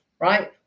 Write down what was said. Right